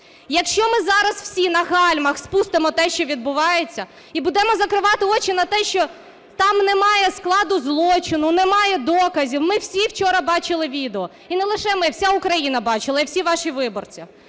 Якщо ми зараз всі на гальмах спустимо те, що відбувається, і будемо закривати очі на те, що там немає складу злочину, немає доказів. Ми всі вчора бачили відео. І не лише ми, вся Україна бачила і всі ваші виборці.